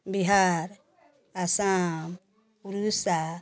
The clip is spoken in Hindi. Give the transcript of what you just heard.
बिहार असम उड़ीसा